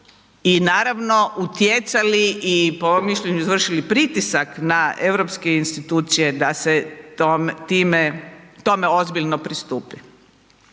i naravno utjecali i po mom mišljenju izvršili pritisak na europske institucije da se tome ozbiljno pristupi.